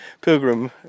pilgrim